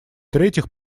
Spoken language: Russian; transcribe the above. третьих